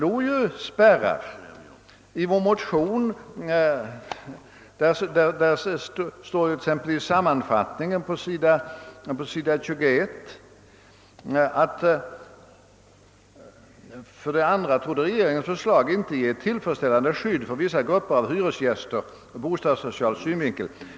Och dessutom föreslog vi ju spärrar. I samanfattningen på s. 21 i vår motion heter det: »För det andra torde regeringens förslag inte ge ett tillfredsställande skydd för vissa grupper av hyresgästerna ur bostadssocial synvin kel.